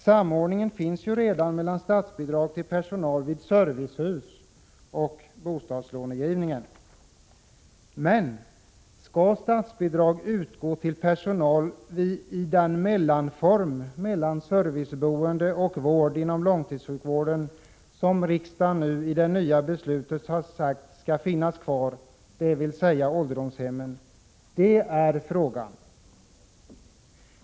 Samordningen finns redan mellan statsbidrag till personal vid servicehus och bostadslånegivningen. Men frågan är om statsbidrag skall utgå till personal inom den mellanform av serviceboende och långtidsvårdsjukvård som riksdagen i det nyligen fattade beslutet har sagt skall finnas kvar, dvs. ålderdomshemmen.